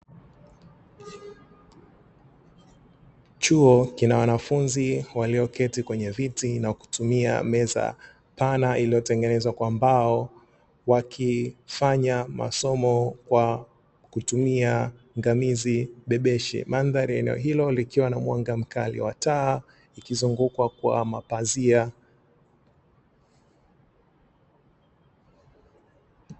Chuo kina wanafunzi walioketi kwenye viti na kutumia meza pana iliyotengenezwa kwa mbao, wakifanya masomo kwa kutumia ngamizi bebeshi. Mandhari ya eneo hilo likiwa na mwanga mkali wa taa ikizungukwa kwa mapazia.